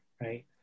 right